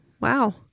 wow